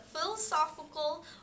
philosophical